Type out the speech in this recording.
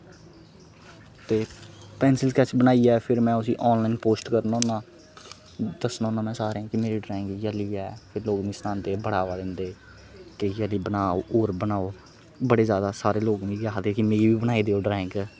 ते pencil sketch बनाइयै फिर में उसी आनलाइन पोस्ट करना होन्ना दस्सना होन्ना में सारें गी कि मेरी ड्रांइग एह् लेही ऐ फिर लोक मिगी सनांदे बढ़ावा दिंदे के इे जेही बनाओ होर बनाओ बड़े ज्यादा सारे लोक मिगी आखदे कि मीं बी बनाई देओ ड्राइंग